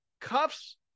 cuffs